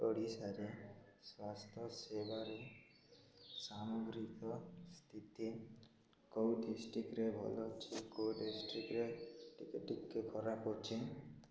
ଓଡ଼ିଶାରେ ସ୍ୱାସ୍ଥ୍ୟ ସେବାରେ ସାମଗ୍ରିକ ସ୍ଥିତି କେଉଁ ଡିଷ୍ଟ୍ରିକ୍ଟରେ ଭଲ ଅଛି କେଉଁ ଡିଷ୍ଟ୍ରିକ୍ଟରେ ଟିକେ ଟିକେ ଖରାପ ଅଛି